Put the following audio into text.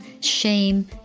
shame